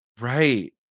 right